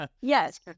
yes